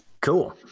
cool